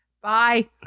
bye